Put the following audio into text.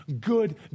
good